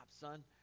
son